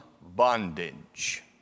bondage